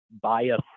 bias